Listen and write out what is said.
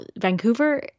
Vancouver